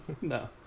No